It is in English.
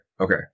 Okay